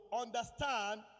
Understand